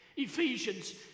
Ephesians